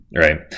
Right